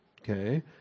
Okay